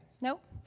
nope